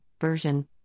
version